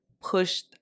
pushed